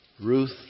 Ruth